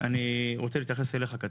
אני רוצה להתייחס אליך, כתריאל.